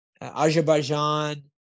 Azerbaijan